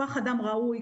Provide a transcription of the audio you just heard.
כוח אדם ראוי,